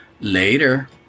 Later